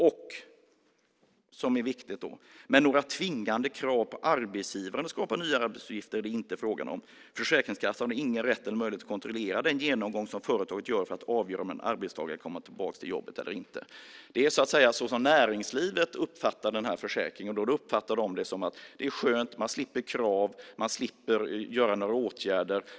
Vidare sägs, vilket är viktigt: Men några tvingande krav på arbetsgivarna att skapa nya arbetsuppgifter är det inte fråga om. Försäkringskassan har ingen rätt eller möjlighet att kontrollera den genomgång som företaget gör för att avgöra om en arbetstagare kommer att komma tillbaka till jobbet eller inte. Detta är alltså på detta sätt som näringslivet uppfattar denna försäkring. Man uppfattar det som att det är skönt att man slipper krav och att vidta åtgärder.